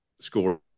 score